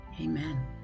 amen